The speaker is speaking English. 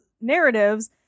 narratives